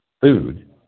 food